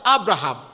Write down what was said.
Abraham